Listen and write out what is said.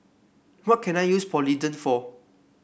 what can I use Polident for